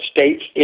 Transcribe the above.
States